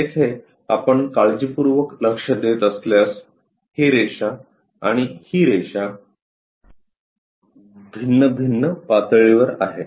येथे आपण काळजीपूर्वक लक्ष देत असल्यास ही रेषा आणि ही रेषा भिन्न भिन्न पातळीवर आहे